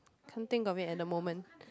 can't think of it at the moment